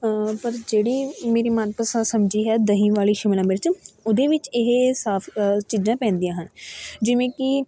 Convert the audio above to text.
ਪਰ ਜਿਹੜੀ ਮੇਰੀ ਮਨਪਸੰਦ ਸਬਜ਼ੀ ਹੈ ਦਹੀਂ ਵਾਲੀ ਸ਼ਿਮਲਾ ਮਿਰਚ ਉਹਦੇ ਵਿੱਚ ਇਹ ਸਭ ਚੀਜ਼ਾਂ ਪੈਂਦੀਆਂ ਹਨ ਜਿਵੇਂ ਕਿ